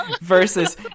versus